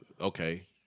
okay